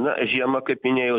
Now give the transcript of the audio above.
na žiema kaip minėjau